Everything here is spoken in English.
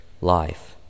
life